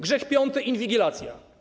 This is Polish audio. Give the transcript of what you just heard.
Grzech piąty - inwigilacja.